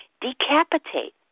Decapitate